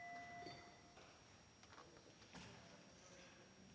Tak